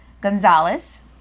Gonzalez